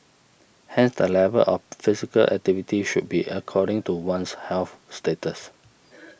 hence the level of physical activity should be according to one's health status